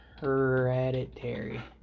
Hereditary